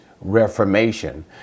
Reformation